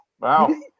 Wow